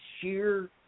sheer